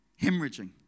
hemorrhaging